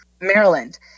Maryland